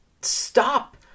stop